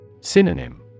Synonym